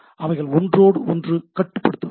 அவைகள் ஒன்றையொன்று கட்டுப்படுத்துவதில்லை